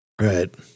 Right